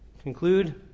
Conclude